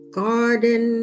garden